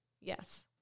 Yes